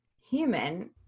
human